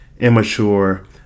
immature